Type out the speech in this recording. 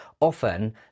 often